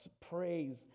praise